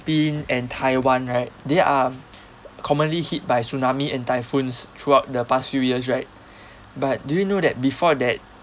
and taiwan right they are commonly hit by tsunami and typhoons throughout the past few years right but do you know that before that